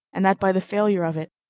and that, by the failure of it,